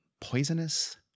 poisonous